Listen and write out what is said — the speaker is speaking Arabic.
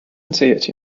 سيأتي